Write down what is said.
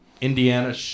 Indiana